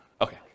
Okay